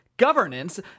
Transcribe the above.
governance